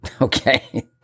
okay